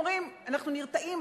אומרים: אנחנו נרתעים,